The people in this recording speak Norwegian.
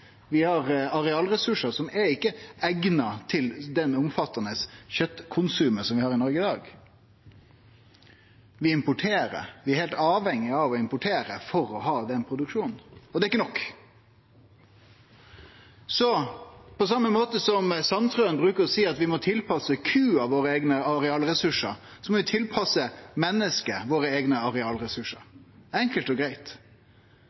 Vi har arealresursar som ikkje er eigna til det omfattande kjøtkonsumet som vi har i Noreg i dag. Vi importerer – vi er heilt avhengige av å importere – for å ha den produksjonen, og det er ikkje nok. På same måten som representanten Sandtrøen bruker å seie at vi må tilpasse kua våre eigne arealresursar, må vi tilpasse mennesket våre eigne arealresursar – enkelt og